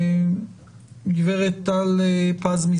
בחדר.